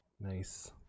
Nice